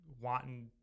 wanting